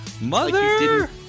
Mother